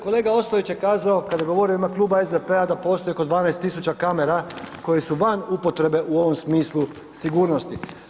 Kolega Ostojić je kazao, kad je govorio u ime Kluba SDP-a da postoji oko 12 tisuća kamera koje su van upotrebe u ovom smislu sigurnosti.